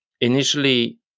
initially